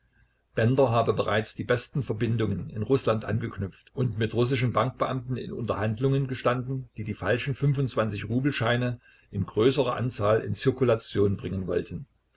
bender habe bereits die besten verbindungen in rußland angeknüpft und mit russischen bankbeamten in unterhandlungen gestanden die die falschen rubel scheine in größerer anzahl in zirkulation bringen wollten